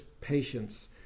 Patience